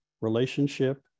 relationship